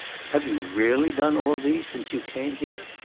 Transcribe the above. have you really done all these since you came here?